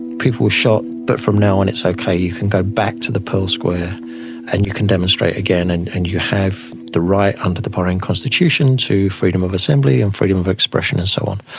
people were shot, but from now on it's ok. you can go back to the pearl square and you can demonstrate again and and you have the right under the bahrain constitution to freedom of assembly and freedom of expression and so on.